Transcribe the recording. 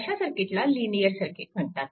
अशा सर्किटला linear circuit म्हणतात